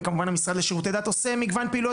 וכמובן המשרד לשירותי דת עושה מגוון פעילויות